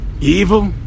Evil